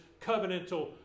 covenantal